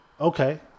okay